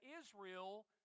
Israel